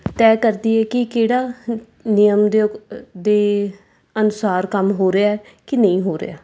ਤੈਅ ਕਰਦੀ ਹੈ ਕਿ ਕਿਹੜਾ ਨਿਯਮ ਦੇ ਦੇ ਅਨੁਸਾਰ ਕੰਮ ਹੋ ਰਿਹਾ ਕਿ ਨਹੀਂ ਹੋ ਰਿਹਾ